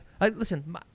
Listen